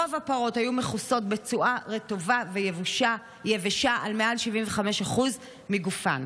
רוב הפרות היו מכוסות בצואה רטובה ויבשה על מעל ל-75% מגופן".